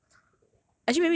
I don't know ah I just